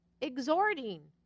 Exhorting